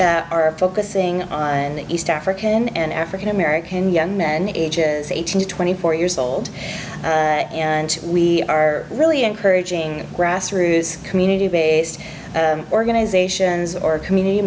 that are focusing on the east african and african american young men ages eighteen to twenty four years old and we are really encouraging grassroots community based organizations or community